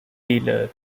dealer